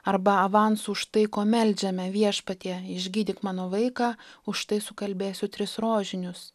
arba avansu už tai ko meldžiame viešpatie išgydyk mano vaiką užtai sukalbėsiu tris rožinius